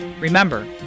Remember